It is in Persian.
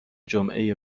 جمعه